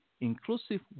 inclusive